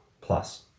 Plus